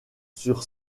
sur